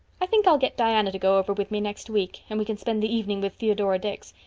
i think i'll get diana to go over with me next week, and we can spend the evening with theodora dix.